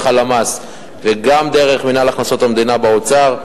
הלמ"ס וגם דרך מינהל הכנסות המדינה באוצר,